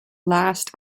last